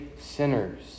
sinners